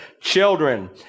children